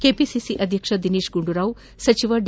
KPCC ಅಧ್ಯಕ್ಷ ದಿನೇಶ್ ಗುಂಡೂರಾವ್ ಸಚಿವ D